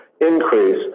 increase